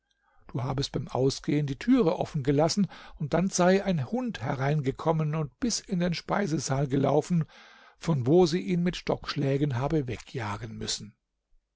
du habest beim ausgehen die türe offen gelassen und dann sei ein hund hereingekommen und bis in den speisesaal gelaufen von wo sie ihn mit stockschlägen habe wegjagen müssen